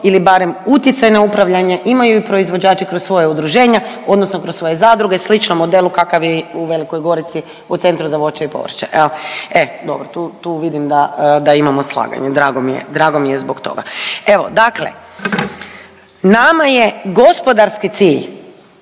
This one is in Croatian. ili barem utjecaj na upravljanje imaju proizvođači kroz svoja udruženja odnosno kroz svoje zadruge sličnom modelu kakav je i u Velikoj Gorici u centru za voće i povrće jel. Evo, e dobro tu, tu vidim da, da imamo slaganje, drago mi je, drago mi je zbog toga. Evo dakle, nama je gospodarski cilj